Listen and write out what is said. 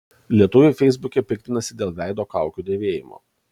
lietuviai feisbuke piktinasi dėl veido kaukių dėvėjimo